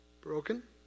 broken